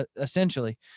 essentially